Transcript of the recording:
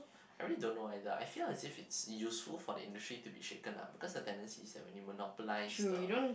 I really don't know why though I feel as if it's useful for the industry to be shaken up because the tendency is when you monopolize the